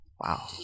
wow